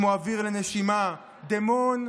כמו אוויר לנשימה, דמון,